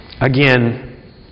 again